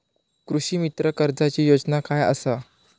कृषीमित्र कर्जाची योजना काय असा?